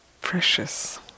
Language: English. precious